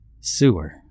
Sewer